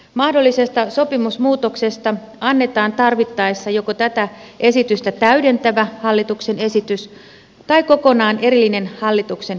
mahdollisesta sopimusmuutoksesta annetaan tarvittaessa joko tätä esitystä täydentävä hallituksen esitys tai kokonaan erillinen hallituksen esitys